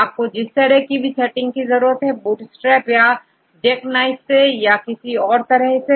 आपको जिस तरह की भी सेटिंग की जरूरत हो बूटस्ट्रैप या jackknife या अन्य कोई भी